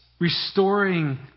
restoring